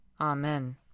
Amen